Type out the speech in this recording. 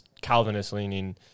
Calvinist-leaning